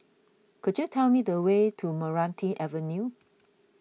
could you tell me the way to Meranti Avenue